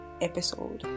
episode